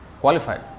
qualified